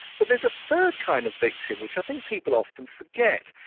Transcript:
but there's a third kind of victim, which i think people often forget,